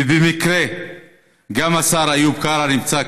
ובמקרה גם השר איוב קרא נמצא כאן,